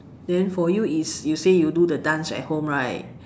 then for you is you say you do the dance at home right